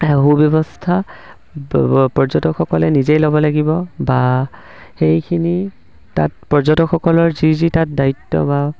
সুব্যৱস্থা পৰ্যটকসকলে নিজেই ল'ব লাগিব বা সেইখিনি তাত পৰ্যটকসকলৰ যি যি তাত দায়িত্ব বা